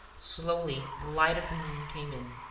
slowly the light of the moon came in,